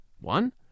One